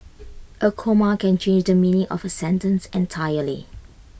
A comma can change the meaning of A sentence entirely